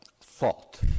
thought